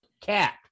cat